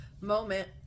moment